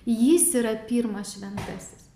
jis yra pirmas šventasis